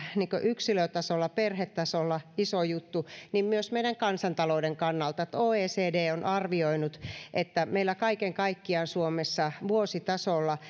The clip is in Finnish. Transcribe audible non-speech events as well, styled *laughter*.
yksilötasolla ja perhetasolla iso juttu ne ovat sitä myös meidän kansantalouden kannalta oecd on arvioinut että meillä kaiken kaikkiaan suomessa vuositasolla *unintelligible*